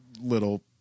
little